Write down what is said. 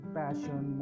passion